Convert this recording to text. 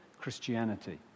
Christianity